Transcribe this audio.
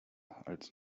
als